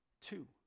Two